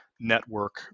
network